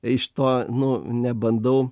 iš to nu nebandau